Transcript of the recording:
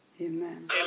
Amen